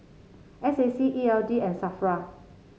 S A C E L D and Safra